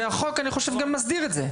ואני חושב שהחוק מסדיר את זה.